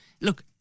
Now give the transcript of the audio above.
Look